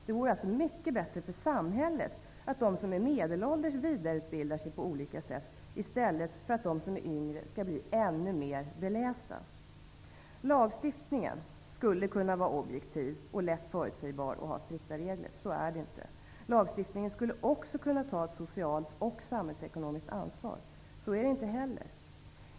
Det vore alltså mycket bättre för samhället att de som är medelålders vidareutbildar sig på olika sätt i stället för att de yngre skall bli ännu mer belästa. Lagstiftningen skulle kunna vara objektiv, lätt föutsägbar och ha strikta regler. Så är det inte. Lagstiftningen skulle också kunna ta ett socialt och samhällsekonomiskt ansvar. Så är det inte heller.